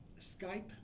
Skype